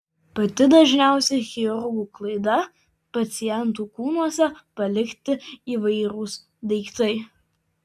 pati dažniausia chirurgų klaida pacientų kūnuose palikti įvairūs daiktai